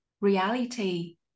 reality